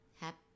Happy